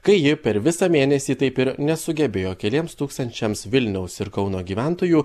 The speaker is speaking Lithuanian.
kai ji per visą mėnesį taip ir nesugebėjo keliems tūkstančiams vilniaus ir kauno gyventojų